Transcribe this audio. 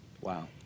Wow